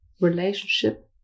relationship